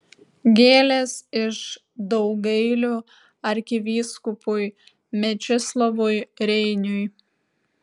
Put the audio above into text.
gėlės iš daugailių arkivyskupui mečislovui reiniui